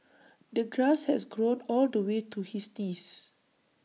the grass has grown all the way to his knees